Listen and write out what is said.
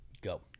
Go